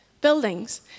buildings